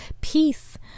peace